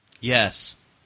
Yes